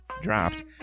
dropped